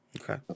okay